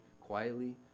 quietly